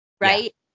Right